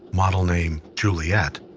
model name juliette,